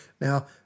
now